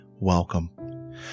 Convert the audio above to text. Welcome